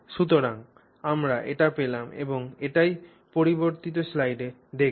সুতরাং আমরা এটি পেলাম এবং এটিই পরবর্তী স্লাইডে দেখবে